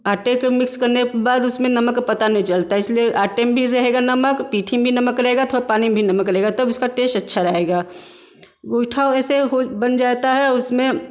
आटे के मिक्स करने बाद उसमें नमक पता नहीं चलता है इसलिए आटे में भी रहेगा नमक पीठी में भी नमक रहेगा थोड़ा पानी में भी नमक रहेगा तब उसका टेष्ट अच्छा रहेगा गोईठा वैसे होय बन जाता है उसमें